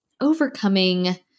overcoming